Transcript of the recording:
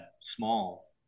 small